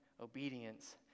obedience